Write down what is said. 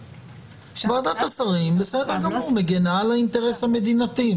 ועדת השרים, בסדר גמור, מגנה על האינטרס המדינתי.